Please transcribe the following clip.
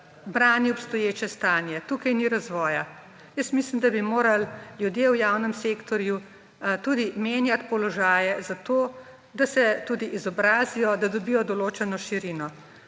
brani obstoječe stanje. Tukaj ni razvoja. Jaz mislim, da bi morali ljudje v javnem sektorju tudi menjati položaje, zato da se tudi izobrazijo, da dobijo določeno širino.